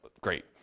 great